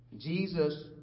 Jesus